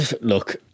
Look